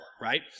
right